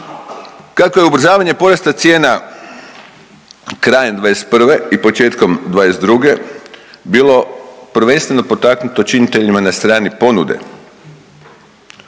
Kako je ubrzavanje porasta cijena krajem '21. i početkom '22. bilo prvenstveno potaknuto činiteljima na strani ponude